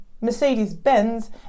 Mercedes-Benz